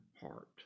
heart